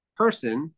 person